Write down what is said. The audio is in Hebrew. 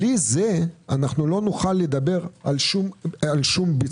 בלי זה לא נוכל לדבר על שום ביצוע,